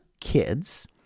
kids